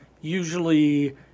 Usually